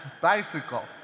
bicycle